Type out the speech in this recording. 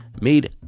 made